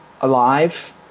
alive